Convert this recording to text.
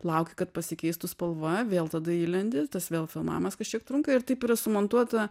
lauki kad pasikeistų spalva vėl tada įlendi tas vėl filmavimas kažkiek trunka ir taip yra sumontuota